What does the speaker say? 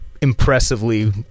impressively